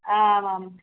आम् आम्